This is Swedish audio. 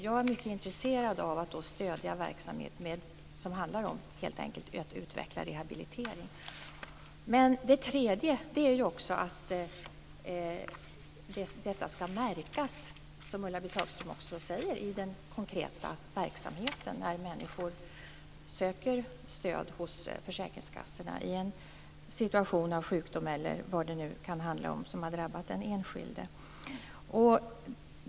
Jag är mycket intresserad av stödja verksamhet som handlar om att utveckla rehabilitering. Det tredje är att detta skall märkas, som Ulla-Britt Hagström säger, i den konkreta verksamheten, när människor söker stöd hos försäkringskassorna i en situation av sjukdom eller vad det nu kan handla om som har drabbat den enskilde.